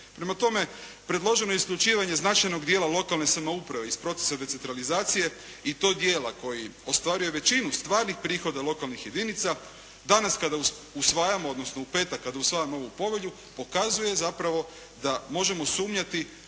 Prema tome, predloženo isključivanje značajnog dijela lokalne samouprave iz procesa decentralizacije i to dijela koji ostvaruje većinu stvarnih prihoda lokalnih jedinica danas kada usvajamo, odnosno u petak kada usvajamo ovu povelju pokazuje zapravo da možemo sumnjati